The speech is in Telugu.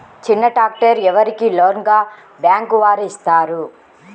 చిన్న ట్రాక్టర్ ఎవరికి లోన్గా బ్యాంక్ వారు ఇస్తారు?